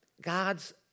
God's